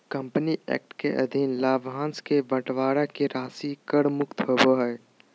company act के अधीन लाभांश के बंटवारा के राशि कर मुक्त होबो हइ